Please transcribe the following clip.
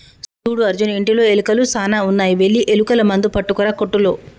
సూడు అర్జున్ ఇంటిలో ఎలుకలు సాన ఉన్నాయి వెళ్లి ఎలుకల మందు పట్టుకురా కోట్టులో